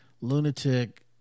lunatic